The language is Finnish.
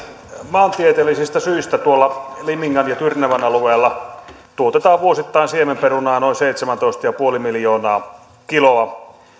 maantieteellisistä syistä limingan ja tyrnävän alueella tuotetaan vuosittain siemenperunaa noin seitsemäntoista pilkku viisi miljoonaa kiloa